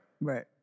Right